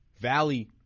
Valley